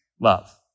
love